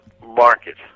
market